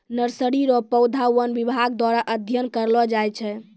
nursery रो पौधा वन विभाग द्वारा अध्ययन करलो जाय छै